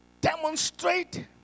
demonstrate